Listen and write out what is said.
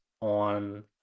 on